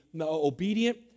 obedient